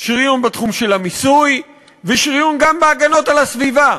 שריוּן בתחום של המיסוי ושריוּן גם בהגנות על הסביבה.